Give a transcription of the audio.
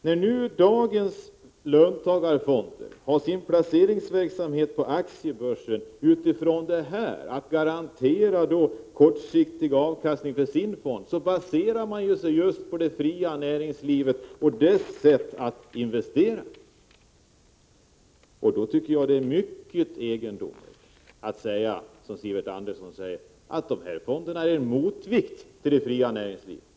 När nu dagens löntagarfonder har sin placeringsverksamhet på aktiebörsen utifrån en strävan att garantera kortsiktig avkastning på sina fonder, baserar de sig just på det fria näringslivet och dess sätt att investera. Då tycker jag att det är mycket egendomligt att, som Sivert Andersson gör, säga att dessa fonder är en motvikt till det fria näringslivet.